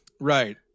Right